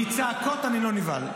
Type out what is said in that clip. --- מצעקות אני לא נבהל,